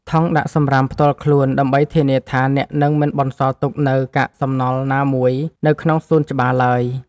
ថង់ដាក់សម្រាមផ្ទាល់ខ្លួន ដើម្បីធានាថាអ្នកនឹងមិនបន្សល់ទុកនូវកាកសំណល់ណាមួយនៅក្នុងសួនច្បារឡើយ។